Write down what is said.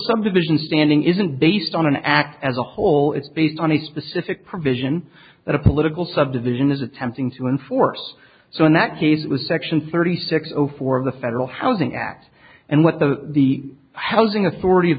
subdivision standing isn't based on an act as a whole it's based on a specific provision that a political subdivision is attempting to enforce so in that case with section thirty six zero four of the federal housing act and what the the housing authority of